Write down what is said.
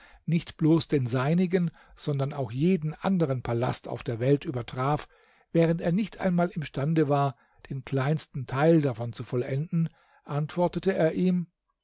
nicht bloß den seinigen sondern auch jeden anderen palast auf der welt übertraf während er nicht einmal imstande war den kleinsten teil davon zu vollenden antwortete er ihm